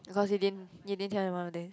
because you didn't you didn't tell anyone about this